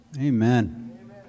Amen